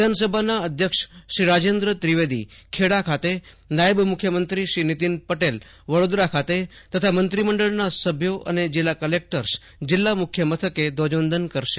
વિધાનસભાના અધ્યક્ષ રાજેન્દ્ર ત્રિવેદી ખેડા ખાતે નાયબ મુખ્યમંત્રી નીતિન પટેલ વડોદરા ખાતે તથા મંત્રીમંડળના સભ્યો અને જિલ્લા કલેક્ટરો જિલ્લા મુખ્યમથકે ધ્વજવંદન કરાવશે